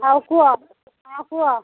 ହଉ କୁହ ହଁ କୁହ